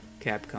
Capcom